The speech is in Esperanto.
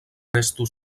restu